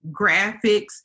graphics